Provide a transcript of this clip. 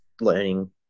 learning